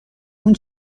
اون